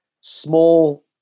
small